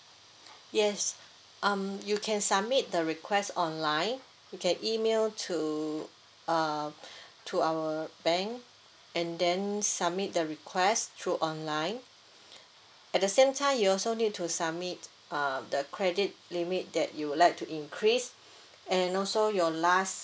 yes um you can submit the request online you can email to uh to our bank and then submit the request through online at the same time you also need to submit uh the credit limit that you would like to increase and also your last